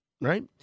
right